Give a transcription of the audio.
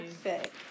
fit